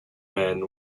men